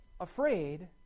afraid